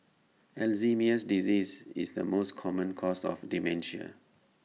Alzheimer's disease is the most common cause of dementia